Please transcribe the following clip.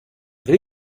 will